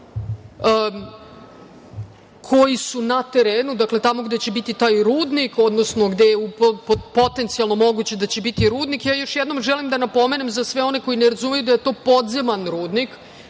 koji su na terenu. Dakle, tamo gde će biti taj rudnik, odnosno gde je potencijalno moguće gde će biti rudnik. Još jednom želim da napomenem za sve one koji ne razumeju da je to podzemni rudnik,